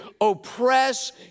oppress